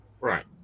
right